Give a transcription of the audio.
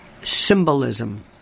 symbolism